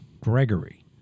Gregory